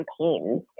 campaigns